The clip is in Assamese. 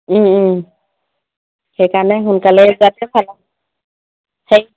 সেইকাৰণে সোনকালে ওলালে ভাল আৰু সেই